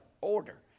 order